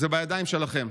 זה בידיים שלכם.